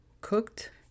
cooked